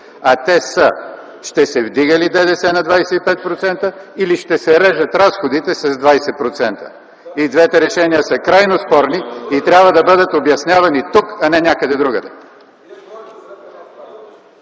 А те са ще се вдига ли ДДС на 25% или ще се режат разходите с 20%. И двете решения са крайно спорни и трябва да бъдат обяснявани тук, а не някъде другаде.